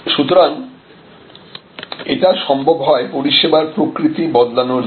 সুতরাং এটা সম্ভব হয় পরিষেবার প্রকৃতি বদলানোর জন্য